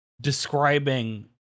describing